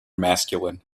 masculine